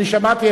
אני שמעתי,